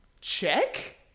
check